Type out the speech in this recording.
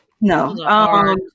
no